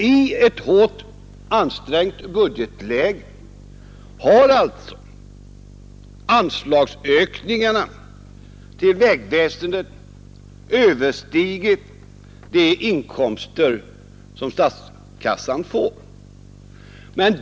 I detta hårt ansträngda budgetläge ökar alltså anslagen till vägväsendet mer än inkomsterna till statskassan.